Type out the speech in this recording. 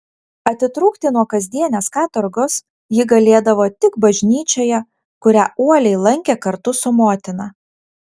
atitrūkti nuo kasdienės katorgos ji galėdavo tik bažnyčioje kurią uoliai lankė kartu su motina